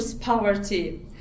poverty